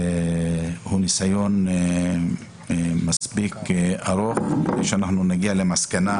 זה ניסיון מספיק ארוך כדי שנגיע למסקנה,